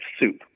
soup